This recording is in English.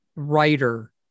writer